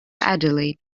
adelaide